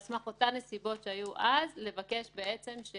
סמך אותן נסיבות שהיו אז לבקש את ההפחתה.